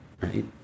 right